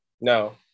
No